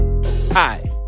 Hi